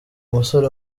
musore